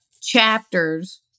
chapters